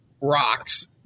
rocks